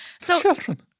Children